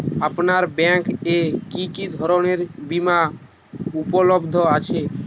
আপনার ব্যাঙ্ক এ কি কি ধরনের বিমা উপলব্ধ আছে?